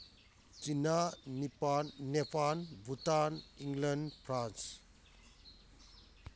China Nepal Bhutan England France